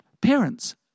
parents